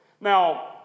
Now